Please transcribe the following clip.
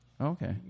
Okay